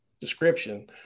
description